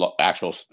actual